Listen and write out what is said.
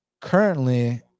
Currently